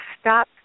stop